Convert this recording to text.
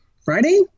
Friday